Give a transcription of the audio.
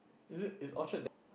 is it is Orchard there